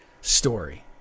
story